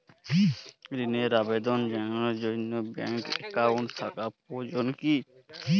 ঋণের আবেদন জানানোর জন্য ব্যাঙ্কে অ্যাকাউন্ট থাকা প্রয়োজন কী?